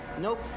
Nope